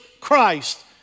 Christ